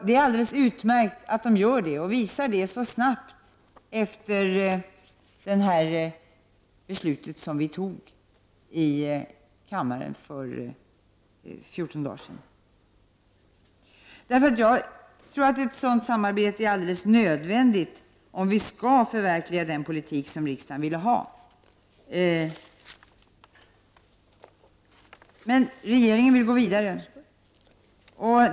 Det är alldeles utmärkt att de gör detta och visar det så snabbt efter det beslut som fattades i kammaren för 14 dagar sedan. Jag tror att ett sådant samarbete är alldeles nödvändigt, om vi skall kunna förverkliga den politik som riksdagen vill ha. Men regeringen vill gå vidare.